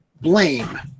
Blame